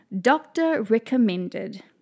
doctor-recommended